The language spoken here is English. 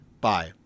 Bye